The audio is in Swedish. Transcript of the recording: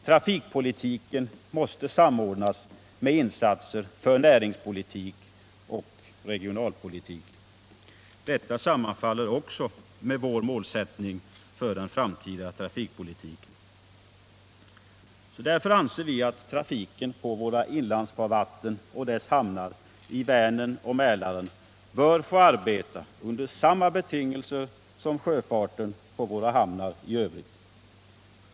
Trafikpolitiken måste samordnas med insatser för näringspolitik och regionalpolitik. Detta sammanfaller också med vår målsättning för den framtida trafikpolitiken. Därför anser vi att trafiken på våra inlandsfarvatten och dess hamnar i Vänern och Mälaren bör få arbeta under samma betingelser som sjöfarten på våra hamnar i övrigt.